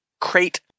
crate